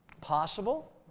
possible